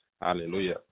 Hallelujah